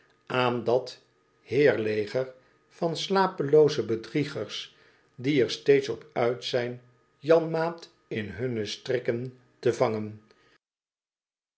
aan dat heirleger van slapelooze bedriegers die er steeds op uit zijn janmaat in hunne strikken te vangen